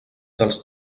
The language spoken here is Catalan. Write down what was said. dels